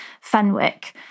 Fenwick